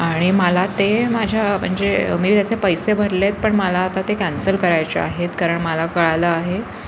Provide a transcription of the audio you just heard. आणि मला ते माझ्या म्हणजे मी त्याचे पैसे भरले आहेत पण मला आता ते कॅन्सल करायचे आहेत कारण मला कळलं आहे